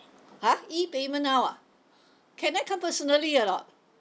!huh! E payment now ah can I come personally or not